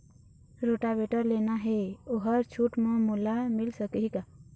Rotavator लेना हे ओहर छूट म मोला मिल सकही का?